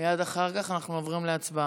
מייד אחר כך אנחנו עוברים להצבעה.